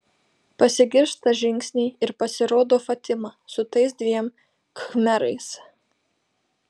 pasigirsta žingsniai ir pasirodo fatima su tais dviem khmerais